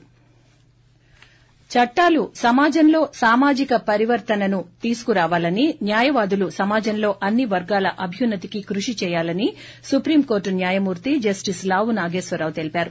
break చట్లాలు సమాజంలో సామాజిక పరివర్తనను తీసుకురావాలని న్యాయవాదులు సమాజంలో అన్ని వర్గాల అభ్యన్నతికి కృషి చేయాలని సుప్రీం కోర్లు న్యాయమూర్తి జస్లిస్ లావు నాగేశ్వరరావు తెలిపారు